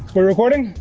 we're recording?